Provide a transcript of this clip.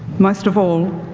most of all,